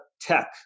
tech